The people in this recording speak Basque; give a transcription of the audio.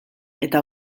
eta